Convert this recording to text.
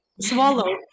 swallow